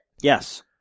Yes